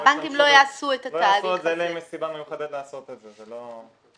רשות המסים, מינהל הכנסות המדינה.